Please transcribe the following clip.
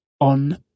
on